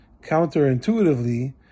counterintuitively